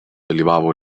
dalyvavo